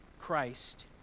Christ